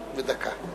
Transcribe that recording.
בדקה.